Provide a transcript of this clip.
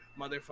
motherfucker